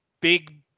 big